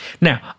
Now